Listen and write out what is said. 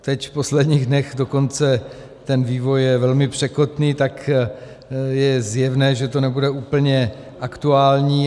Teď v posledních dnech dokonce ten vývoj je velmi překotný, tak je zjevné, že to nebude úplně aktuální.